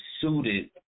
suited